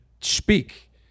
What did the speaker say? speak